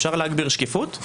אפשר להגביר שקיפות.